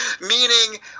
meaning